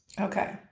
Okay